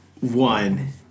One